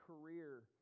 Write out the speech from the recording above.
career